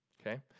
Okay